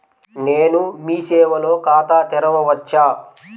మేము మీ సేవలో ఖాతా తెరవవచ్చా?